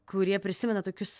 kurie prisimena tokius